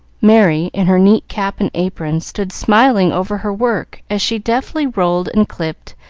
merry, in her neat cap and apron, stood smiling over her work as she deftly rolled and clipped,